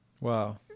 Wow